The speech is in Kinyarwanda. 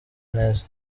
neza